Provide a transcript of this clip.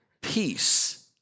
peace